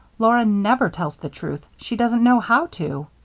laura never tells the truth she doesn't know how to.